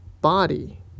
body